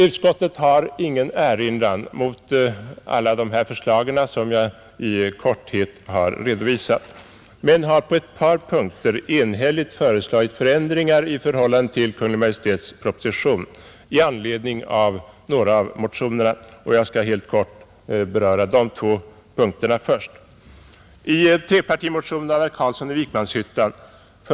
Utskottet har ingen erinran mot alla de här förslagen som jag i korthet redovisat men har på två punkter enhälligt föreslagit förändringar i förhållande till Kungl. Maj:ts proposition i anledning av några av de väckta motionerna, Jag skall helt kort beröra de två punkterna först. I trepartimotionen 1367 av herr Carlsson i Vikmanshyttan m, fl.